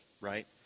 right